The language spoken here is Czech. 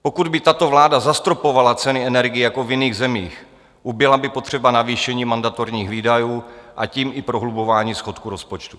Pokud by tato vláda zastropovala ceny energií jako v jiných zemích, ubyla by potřeba navýšení mandatorních výdajů, a tím i prohlubování schodku rozpočtu.